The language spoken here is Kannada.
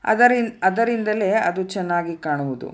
ಅದರ ಅದರಿಂದಲೇ ಅದು ಚೆನ್ನಾಗಿ ಕಾಣುವುದು